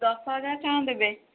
ଦଶହଜାର ଟଙ୍କା ଦେବେ